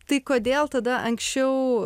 tai kodėl tada anksčiau